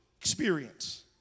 experience